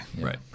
right